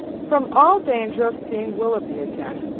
from all danger of seeing willoughby again,